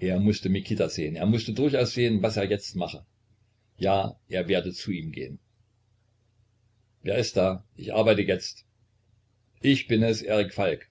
er mußte mikita sehen er mußte durchaus sehen was er jetzt mache ja er werde zu ihm gehen wer ist da ich arbeite jetzt ich bin es erik falk